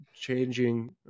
changing